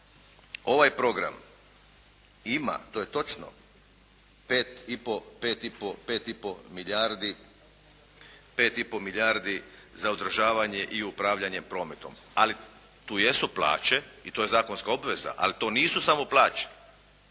Ovaj program ima to je točno 5 i po, 5 i po milijardi za održavanje i upravljanje prometom. Ali tu jesu plaće i to je zakonska obveza ali to nisu samo plaće.